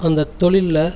அந்த தொழிலில்